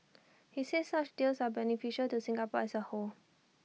he said such deals are beneficial to Singapore as A whole